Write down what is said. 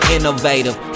Innovative